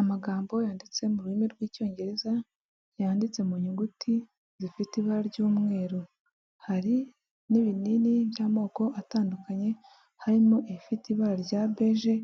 Amagambo yanditse mu rurimi rw'icyongereza yanditse mu nyuguti zifite ibara ry'umweru, hari n'ibinini by'amoko atandukanye harimo ibifite ibara rya beje,